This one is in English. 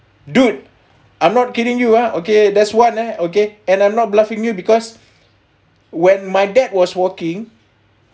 dude I'm not kidding you ah okay that's one ah okay and I'm not bluffing you because when my dad was walking